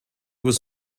was